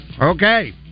Okay